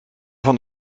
van